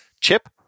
Chip